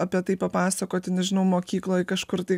apie tai papasakoti nežinau mokykloj kažkur tai